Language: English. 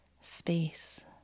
space